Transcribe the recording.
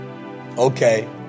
Okay